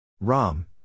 Ram